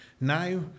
now